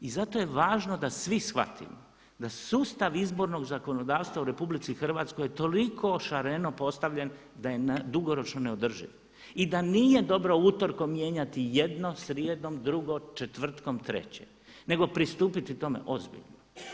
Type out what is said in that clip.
I zato je važno da svi shvatimo da sustav izbornog zakonodavstva u Republici Hrvatskoj je toliko šareno postavljen da je dugoročno neodrživ i da nije dobro utorkom mijenjati jedno, srijedom drugo, četvrtkom treće nego pristupiti tome ozbiljno.